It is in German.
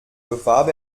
bewarb